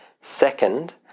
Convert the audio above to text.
Second